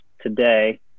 today